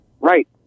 right